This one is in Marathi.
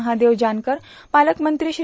महादेव जानकर पालकमंत्री श्री